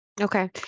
Okay